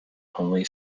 only